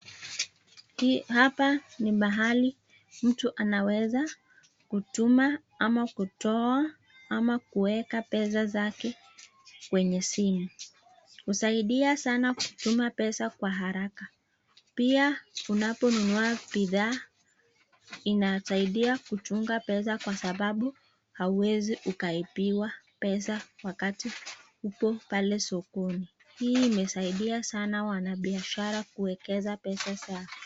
Hapa ni mahali mtu anaweza kutuma ama kutoa ama kuweka pesa zake kwenye simu. Husaidia sana kutuma pesa kwa haraka. Pia, unaponunua bidhaa, inasaidia kuchunga pesa kwa sababu hauwezi ukaibiwa pesa wakati upo pale sokoni. Hii imesaidia sana wafanyabiashara kuwekeza pesa zao.